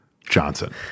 Johnson